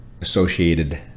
associated